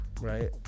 right